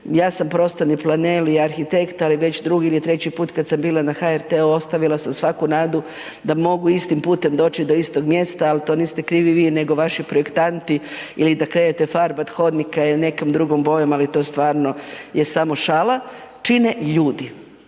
ja sam prostorni planer i arhitekta ali već drugi ili treći put kada sam bila na HRT-u ostavila sam svaku nadu da mogu istim putem doći do istog mjesta, ali to niste krivi vi nego vaši projektanti ili da krenete farbati hodnika nekom drugom bojom, ali to je stvarno šala, čine ljudi.